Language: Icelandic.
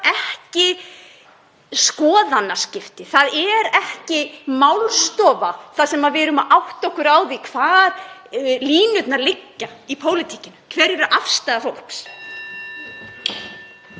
ekki skoðanaskipti. Það er ekki málstofa þar sem við erum að átta okkur á því hvar línurnar liggja í pólitíkinni, hver afstaða fólks